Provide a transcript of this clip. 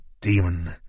demon